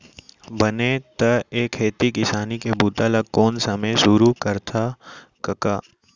बने त ए खेती किसानी के बूता ल कोन समे सुरू करथा कका?